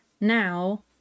now